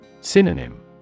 Synonym